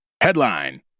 headline